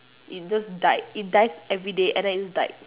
it just died it dies every day and it's died